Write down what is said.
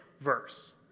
verse